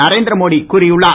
நரேந்திர மோடி கூறியுள்ளார்